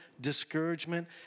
discouragement